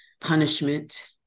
punishment